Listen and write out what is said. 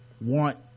want